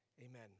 Amen